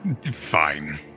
Fine